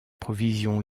provisions